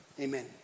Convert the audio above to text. Amen